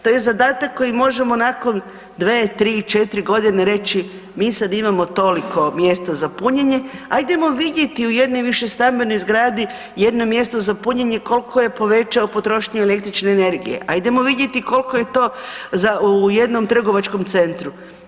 To je zadatak koji možemo nakon 2, 3, 4 godine reći mi sad imamo toliko mjesta za punjenje ajdemo vidjeti u jednoj višestambenoj zgradi jedno mjesto za punjenje koliko je povećalo potrošnju električne energije, ajdemo vidjeti koliko je to za, u jednom trgovačkom centru.